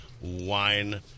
wine